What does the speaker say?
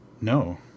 No